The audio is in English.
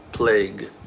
Plague